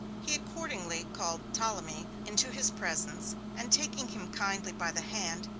he accordingly called ptolemy into his presence and, taking him kindly by the hand,